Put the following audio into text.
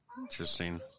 Interesting